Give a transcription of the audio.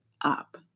up